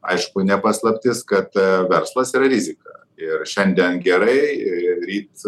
aišku ne paslaptis kad verslas yra rizika ir šiandien gerai ir ryt